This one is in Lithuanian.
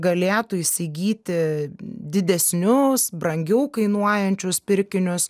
galėtų įsigyti didesnius brangiau kainuojančius pirkinius